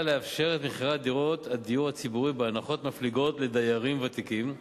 לאפשר את מכירת דירות הדיור הציבורי בהנחות מפליגות לדיירים ותיקים.